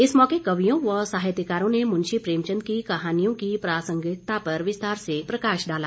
इस मौके कवियों व साहित्यकारों ने मुंशी प्रेमचंद की कहानियों की प्रासंगिकता पर विस्तार से प्रकाश डाला